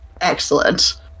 Excellent